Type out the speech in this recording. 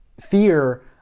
fear